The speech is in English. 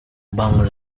bang